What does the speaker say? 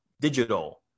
digital